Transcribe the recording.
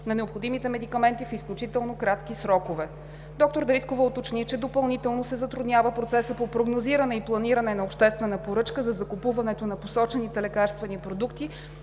на необходимите медикаменти в изключително кратки срокове. Доктор Дариткова уточни, че допълнително се затруднява процесът по прогнозиране и планиране на обществена поръчка за закупуването на посочените лекарствени продукти